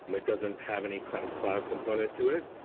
um it doesn't have any kind of cloud component to it,